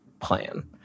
plan